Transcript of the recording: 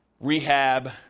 rehab